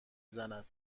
زند